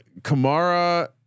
Kamara